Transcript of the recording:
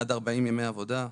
עד 40 ימי עבודה,